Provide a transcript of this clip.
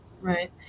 Right